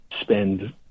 spend